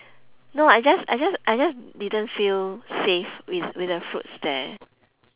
no I just I just I just didn't feel safe with with the fruits there